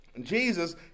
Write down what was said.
Jesus